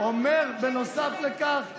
אומר, נוסף לכך: